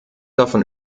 davon